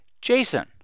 Jason